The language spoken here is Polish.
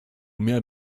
miałem